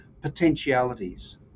potentialities